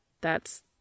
That's